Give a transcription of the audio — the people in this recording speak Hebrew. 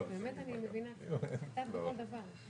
היה כאן דיון ועברה רפורמה.